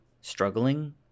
struggling